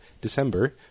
December